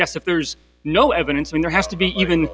yes if there's no evidence when there has to be even